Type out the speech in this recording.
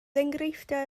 enghreifftiau